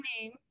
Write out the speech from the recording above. name